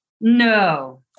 No